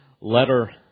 letter